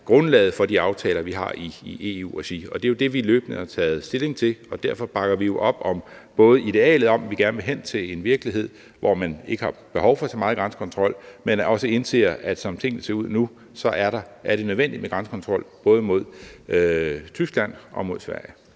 grundlaget for de aftaler, vi har i EU-regi. Det er jo det, vi løbende har taget stilling til, og derfor bakker vi jo op om idealet, nemlig at vi gerne vil hen til en virkelighed, hvor man ikke har behov for så meget grænsekontrol, men indser også, at som tingene ser ud nu, er det nødvendigt med grænsekontrol både mod Tyskland og mod Sverige.